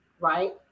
Right